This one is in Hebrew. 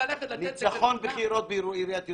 ניצחון בחירות בעיריית ירושלים,